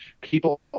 people